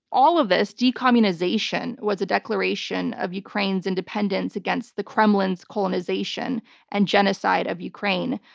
all of this decommunization was a declaration of ukraine's independence against the kremlin's colonization and genocide of ukraine.